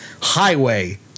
Highway